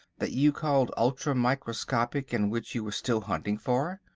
that you called ultra-microscopic, and which you were still hunting for,